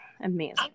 amazing